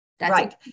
right